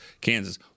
kansas